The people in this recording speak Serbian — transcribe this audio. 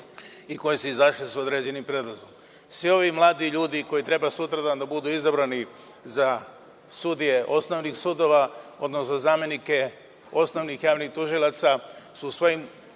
i koje su izašle sa određenim predlogom. Svi ovi mladi ljudi, koji treba sutradan da budu izabrani za sudije osnovnih sudova, odnosno zamenike osnovnih javnih tužilaca, su svojim